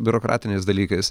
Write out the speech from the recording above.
biurokratiniais dalykais